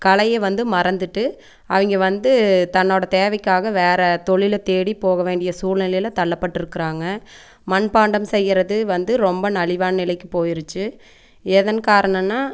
கலையை வந்து மறந்துட்டு அவங்க வந்து தன்னோடய தேவைக்காக வேற தொழிலை தேடி போக வேண்டிய சூழ்நிலைல தள்ளப்பட்ருக்கிறாங்க மண்பாண்டம் செய்கிறது வந்து ரொம்ப நலிவான நிலைக்கு போயிடுச்சு எதன் காரணம்னால்